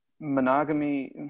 monogamy